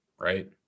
right